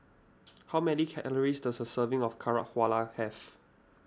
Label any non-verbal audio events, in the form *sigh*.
*noise* how many calories does a serving of Carrot *unintelligible* have